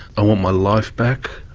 i want my life back,